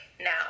now